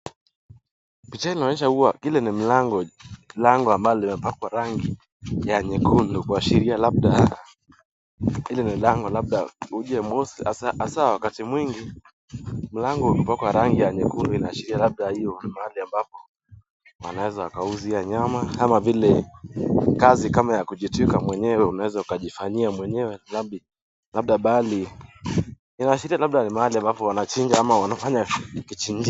Picha inaonyesha kua kile ni mlango, mlango ambao umepakwa rangi ya nyekundu. Kuashiria labda ile ni mlango labda uzi mosi sasa wakati mwingi, mlango ukipakwa rangi ya kijani inaashiria labda hiyo ni mahali ambapo wanaweza wakauzia nyama. Ama vile kazi kama ya kujitwika mwenyewe unaweza ukajifanyia mwenyewe, labda bali Inaashiria labda ni mahali ambapo wanachinja ama wanafanya kichinjio.